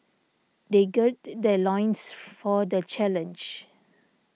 they gird their loins for the challenge